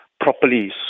properly